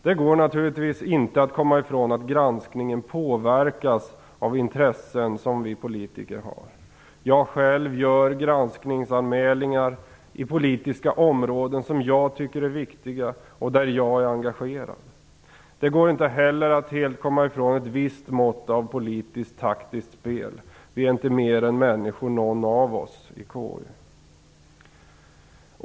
Det går naturligtvis inte att komma ifrån att granskningen påverkas av intressen som vi politiker har. Jag själv gör granskningsanmälningar som gäller politiska områden som jag tycker är viktiga och där jag är engagerad. Det går inte heller att helt komma ifrån ett visst mått av politiskt taktiskt spel. Vi är inte mer än människor någon av oss i KU.